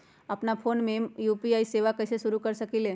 अपना फ़ोन मे यू.पी.आई सेवा कईसे शुरू कर सकीले?